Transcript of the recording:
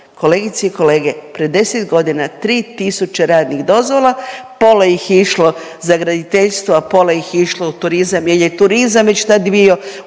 Kolegice i kolege, pred 10 godina 3 tisuće radnih dozvola, pola ih je išlo za graditeljstvo, a pola ih je išlo u turizam jer je turizam već tad bio